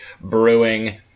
Brewing